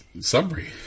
summary